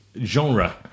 genre